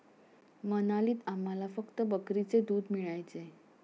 मनालीत आम्हाला फक्त बकरीचे दूध मिळायचे